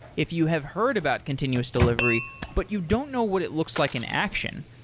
if you have heard about continuous delivery, but you don't know what it looks like in action,